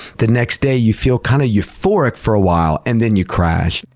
the next day you feel kind of euphoric for a while, and then you crash.